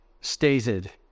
stated